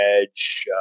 edge